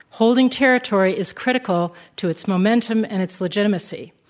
holding territory is critical to its momentum and its legitimacy.